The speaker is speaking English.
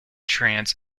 trance